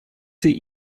sie